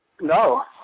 No